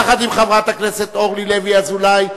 יחד עם חברת הכנסת אורלי לוי אזולאי,